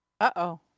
Uh-oh